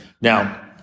Now